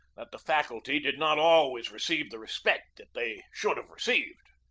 that the fac ulty did not always receive the respect that they should have received.